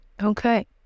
Okay